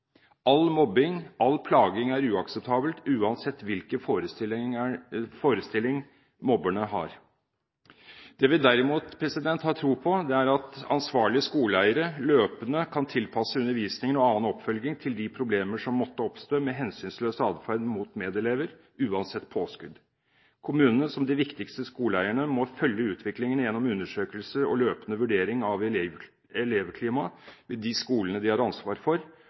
All mobbing og plaging er uakseptabel, uansett hvilke forestillinger mobberne har. Det vi derimot har tro på, er at ansvarlige skoleeiere løpende kan tilpasse undervisningen og annen oppfølging til de problemer som måtte oppstå som følge av hensynsløs adferd mot medelever, uansett påskudd. Kommunene, de viktigste skoleeierne, må følge utviklingen gjennom undersøkelser og løpende vurderinger av elevklimaet i de skolene de har ansvaret for,